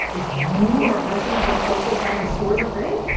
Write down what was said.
if you are a person that thinks social time at the store is a thing,